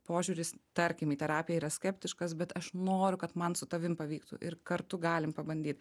požiūris tarkim į terapiją yra skeptiškas bet aš noriu kad man su tavim pavyktų ir kartu galim pabandyt